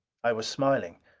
i was smiling.